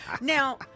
now